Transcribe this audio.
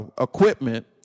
equipment